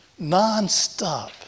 nonstop